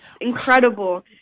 incredible